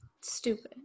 stupid